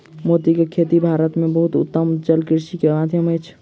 मोती के खेती भारत में बहुत उत्तम जलकृषि के माध्यम अछि